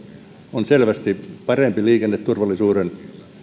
on selvästi parempi liikenneturvallisuuden